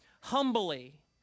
humbly